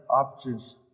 options